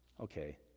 Okay